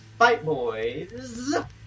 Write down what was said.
fightboys